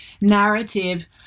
narrative